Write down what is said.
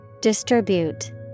Distribute